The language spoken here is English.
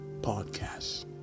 Podcast